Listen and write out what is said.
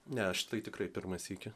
ne aš tai tikrai pirmą sykį